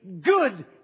good